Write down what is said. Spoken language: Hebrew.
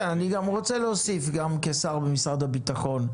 כן, ואני רוצה להוסיף גם כשר במשרד הביטחון.